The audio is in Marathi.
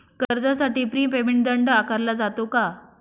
कर्जासाठी प्री पेमेंट दंड आकारला जातो का?